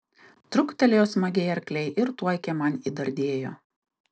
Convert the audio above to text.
truktelėjo smagiai arkliai ir tuoj kieman įdardėjo